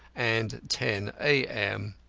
and ten a m.